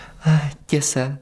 a tiesa